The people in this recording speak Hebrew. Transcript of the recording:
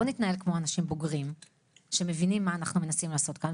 בואו נתנהל כמו אנשים בוגרים שמבינים מה אנחנו מנסים לעשות כאן,